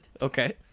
Okay